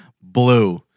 blue